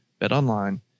BetOnline